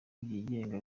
byigenga